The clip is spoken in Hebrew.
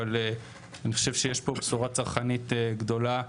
אבל אני חושב שיש פה בשורה צרכנית גדולה,